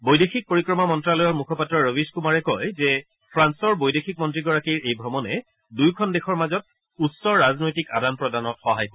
বৈদেশিক পৰিক্ৰমা মন্ত্ৰণালয়ৰ মুখপাত্ৰ ৰবিশ কুমাৰে কয় যে ফ্ৰান্সৰ বৈদেশিক মন্ত্ৰীগৰাকীৰ এই ভ্ৰমণে দুয়োখন দেশৰ মাজত উচ্চ ৰাজনৈতিক আদান প্ৰদানত সহায় কৰিব